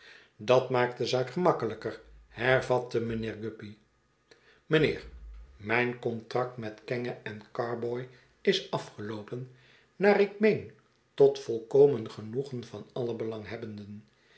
dat maakt de zaak gemakkelijker hervatte mijnheer guppy mijnheer mijn contract met kenge en carboy is afgeloopen naar ik meen tot volkomen genoegen van alle